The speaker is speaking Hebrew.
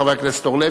חבר הכנסת אורלב,